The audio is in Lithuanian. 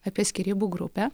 apie skyrybų grupę